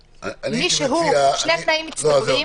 שני תנאים מצטברים.